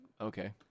Okay